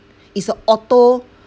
it's a auto